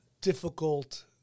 difficult